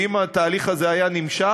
ואם התהליך הזה היה נמשך,